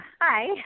Hi